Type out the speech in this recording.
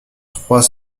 trois